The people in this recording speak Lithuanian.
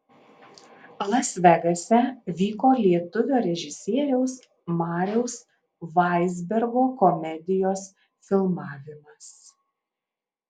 las vegase vyko lietuvio režisieriaus mariaus vaizbergo komedijos filmavimas